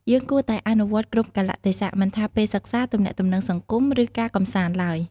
យើងគួរតែអនុវត្ត គ្រប់កាលៈទេសៈ មិនថាពេលសិក្សា ទំនាក់ទំនងសង្គម ឬការកម្សាន្តឡើយ។